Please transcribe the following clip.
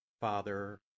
Father